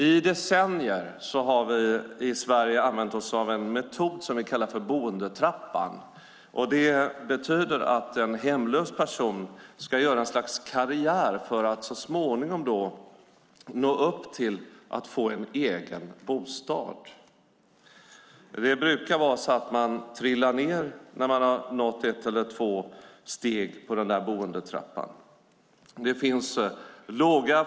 I decennier har vi i Sverige använt oss av en metod som vi kallar för boendetrappan. Det betyder att en hemlös person ska göra ett slags karriär för att så småningom nå upp till att få en egen bostad. När man nått ett eller två steg på boendetrappan brukar man trilla ned.